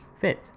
fit